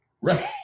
right